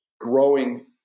growing